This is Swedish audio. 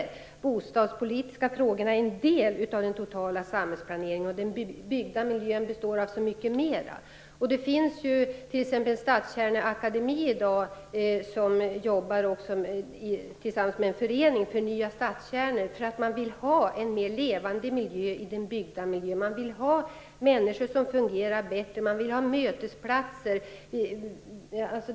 De bostadspolitiska frågorna är en del av den totala samhällsplaneringen. Den byggda miljön består av så mycket mer. Det finns t.ex. en stadskärneakademi i dag som jobbar tillsammans med en förening för att förnya stadskärnor, därför att man vill ha en mer levande miljön i den byggda miljön. Man vill ha människor som fungerar bättre, och man vill ha mötesplatser.